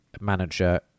manager